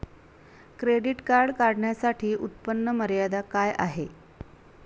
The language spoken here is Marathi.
क्रेडिट कार्ड काढण्यासाठी उत्पन्न मर्यादा काय आहे?